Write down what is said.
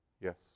Yes